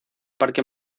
parque